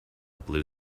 blue